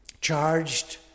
charged